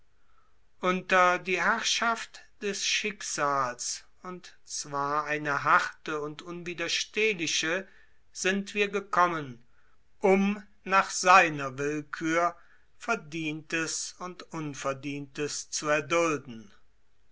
unter die herrschaft des schicksals und zwar eine harte und unwiderstehliche sind wir gekommen um nach seiner willkür verdientes und unverdientes zu erdulden